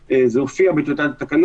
היום, כמו שהסברתי, קיבלנו חוות דעת שגם